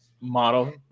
model